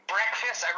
Breakfast